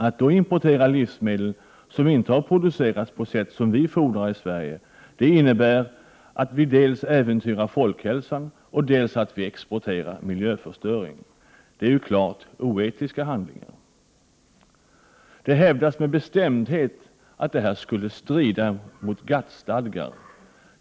Att då importera livsmedel som inte har producerats på sätt som vi fordrar i Sverige innebär dels att vi äventyrar folkhälsan, dels att vi exporterar miljöförstöring. Det är klart oetiska handlingar. Det hävdas med bestämdhet att detta skulle strida mot GATT-stadgar.